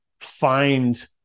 find